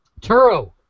Turo